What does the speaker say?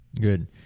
Good